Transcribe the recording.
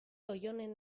oionen